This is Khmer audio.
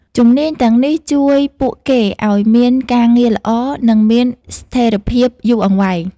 ជំនាញទាំងនេះជួយពួកគេឱ្យមានការងារល្អនិងមានស្ថិរភាពយូរអង្វែង។